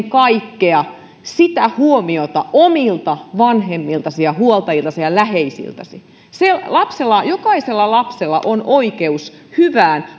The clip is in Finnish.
kaikkea huomiota omilta vanhemmiltasi huoltajiltasi ja läheisiltäsi jokaisella lapsella on oikeus hyvään